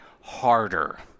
harder